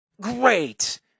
Great